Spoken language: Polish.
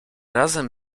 razem